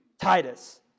Titus